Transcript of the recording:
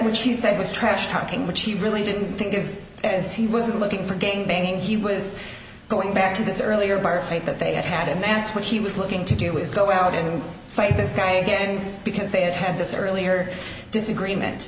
which he said was trash talking which he really didn't think is as he wasn't looking for gang banging he was going back to this earlier part faith that they had had and that's what he was looking to do is go out and find this guy again because they had had this earlier disagreement